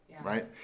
right